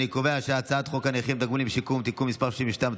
אני קובע שהצעת חוק הנכים (תגמולים ושיקום) (תיקון מס' 32),